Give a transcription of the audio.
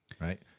right